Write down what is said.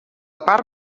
part